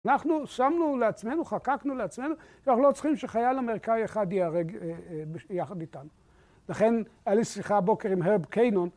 אנחנו שמנו לעצמנו, חקקנו, לעצמנו אנחנו לא צריכים שחייל אמריקאי אחד ייהרג יחד איתנו. לכן הייתה לי שיחה הבוקר עם הרב קיינון